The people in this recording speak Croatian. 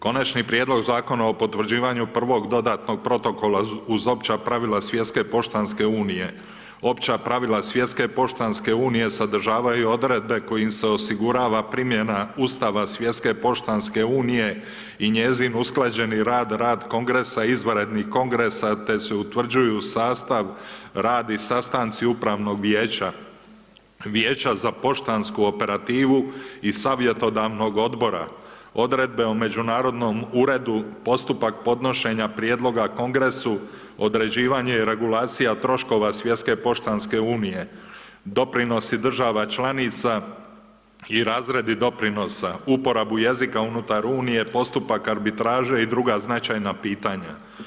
Konačni prijedlog Zakona o potvrđivanju prvog dodatnog protokola uz Opća pravila Svjetske poštanske Unije, Opća pravila Svjetske poštanske Unije sadržavaju Odredbe kojim se osigurava primjena Ustava Svjetske poštanske Unije i njezin usklađeni rad, rad Kongresa, izvanrednih Kongresa, te se utvrđuju sastav, radni sastanci Upravnog vijeća, Vijeća za poštansku operativu i savjetodavnog Odbora, Odredbe o međunarodnom uredu, postupak podnošenja prijedloga Kongresu, određivanje i regulacija troškova Svjetske poštanske Unije, doprinosi država članica i razradi doprinosa, uporabu jezika unutar Unije, postupak arbitraže i druga značajna pitanja.